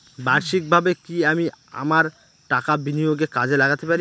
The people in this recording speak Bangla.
বার্ষিকভাবে কি আমি আমার টাকা বিনিয়োগে কাজে লাগাতে পারি?